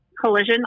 collision